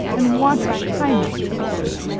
and want of kindness to others.